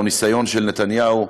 או ניסיון של נתניהו,